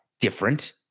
Different